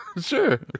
Sure